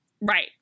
Right